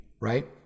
right